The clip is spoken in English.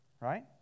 right